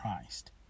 Christ